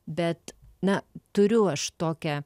bet na turiu aš tokią